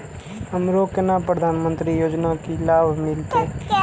हमरो केना प्रधानमंत्री योजना की लाभ मिलते?